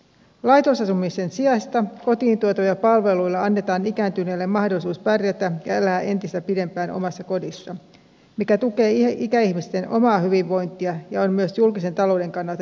laitosasumisen sijasta kotiin tuoduilla palveluilla annetaan ikääntyneille mahdollisuus pärjätä ja elää entistä pidempään omassa kodissa mikä tukee ikäihmisten omaa hyvinvointia ja on myös julkisen talouden kannalta järkevää